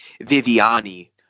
Viviani